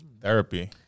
Therapy